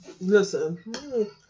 listen